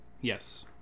yes